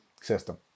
system